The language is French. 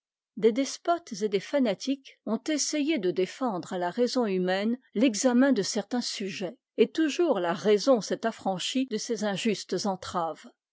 despotes et des fanatiques ont essayé de défendre à la raison humaine l'examen de certains sujets et toujours la raison s'est affranchie de ces injustes entraves